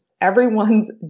everyone's